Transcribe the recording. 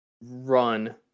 run